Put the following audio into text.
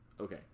okay